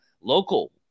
local